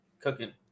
cooking